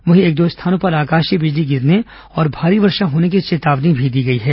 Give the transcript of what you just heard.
वहीं एक दो स्थानों पर आकाशीय बिजली गिरने और भारी वर्षा होने की चेतावनी दी गई है